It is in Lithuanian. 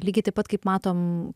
lygiai taip pat kaip matom